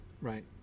Right